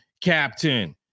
captain